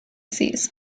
sees